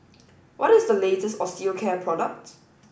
what is the latest Osteocare product